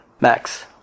Max